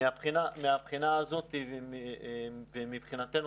מהבחינה הזאת ומבחינתנו,